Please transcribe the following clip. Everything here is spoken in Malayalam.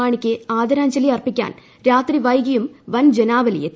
മാണിക്ക് ആദരാഞ്ജലി അർപ്പിക്കാൻ രാത്രി വൈകിയും വൻ ജനാവലി എത്തി